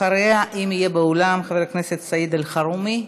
אחריה, אם יהיה באולם, חבר הכנסת סעיד אלחרומי,